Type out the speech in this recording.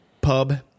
pub